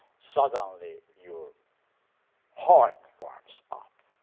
suddenly your heart warms up.